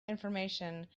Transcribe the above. information